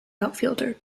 outfielder